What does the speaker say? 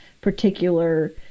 particular